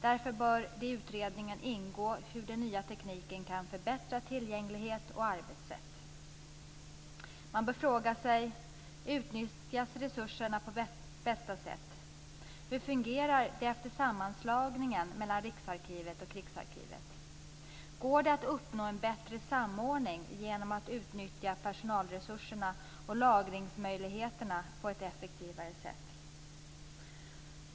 Därför bör det i utredningen ingå hur den nya tekniken kan förbättra tillgänglighet och arbetssätt. Man bör fråga sig: Utnyttjas resurserna på bästa sätt? Hur fungerar det efter sammanslagningen mellan Riksarkivet och Krigsarkivet? Går det att uppnå en bättre samordning genom att utnyttja personalresurserna och lagringsmöjligheterna på ett effektivare sätt?